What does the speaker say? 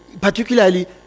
particularly